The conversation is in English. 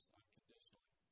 unconditionally